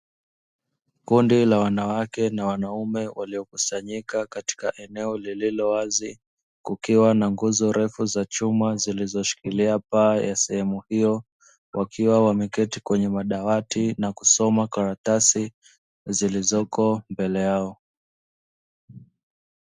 Kundi la wanawake na wanaume walio kusanyika katika eneo lililo wazi kukiwa na nguzo refu za chuma zilizoshikilia paa ya sehemu hiyo, wakiwa wameketi kwenye madawati na kusoma karatasi zilizoko mbele yao.